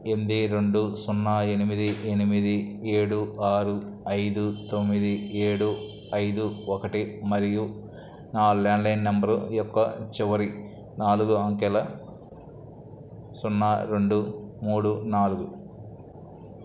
ఎనిమిది రెండు సున్నా ఎనిమిది ఎనిమిది ఏడు ఆరు ఐదు తొమ్మిది ఏడు ఐదు ఒకటి మరియు నా లాండ్లైన్ నెంబరు యొక్క చివరి నాలుగు అంకెల సున్నా రెండు మూడు నాలుగు